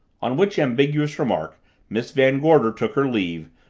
on which ambiguous remark miss van gorder took her leave,